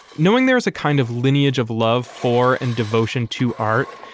knowing there's a kind of lineage of love for and devotion to art.